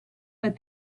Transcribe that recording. but